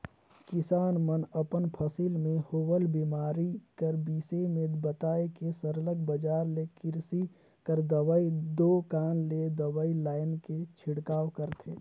किसान मन अपन फसिल में होवल बेमारी कर बिसे में बताए के सरलग बजार ले किरसी कर दवई दोकान ले दवई लाएन के छिड़काव करथे